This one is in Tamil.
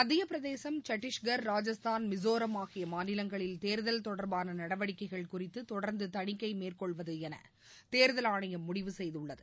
மத்தியப்பிரதேசம் சத்தீஸ்கா் ராஜஸ்தான் மிசோரம் அகிய மாநிலங்களில் தேர்தல் தொடர்பான நடவடிக்கைகள் குறித்து தொடர்ந்து தணிக்கை மேற்கொள்வதென தேர்தல் ஆணையம் முடிவு செய்துள்ளது